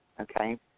Okay